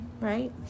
right